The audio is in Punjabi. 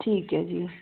ਠੀਕ ਹੈ ਜੀ